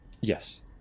Yes